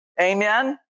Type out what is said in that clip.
Amen